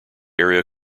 area